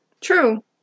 True